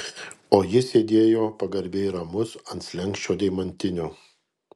o jis sėdėjo pagarbiai ramus ant slenksčio deimantinio